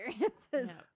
experiences